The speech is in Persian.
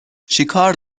چیکار